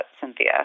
Cynthia